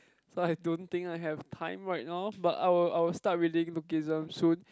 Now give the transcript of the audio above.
so I don't think I have time right now but I will I will start reading Lookism soon